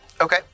Okay